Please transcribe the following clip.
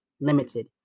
limited